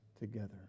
together